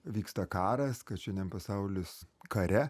vyksta karas kad šiandien pasaulis kare